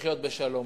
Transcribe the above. לחיות בשלום,